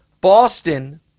Boston